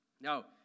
Now